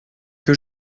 que